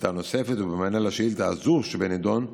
שאילתה נוספת, ובמענה על השאילתה הזו שבנדון,